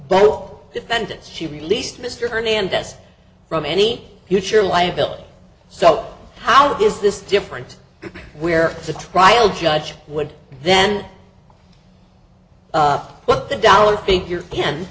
will defendants she released mr hernandez from any future liability so how is this different where the trial judge would then what the dollar figure